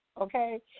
Okay